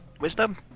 wisdom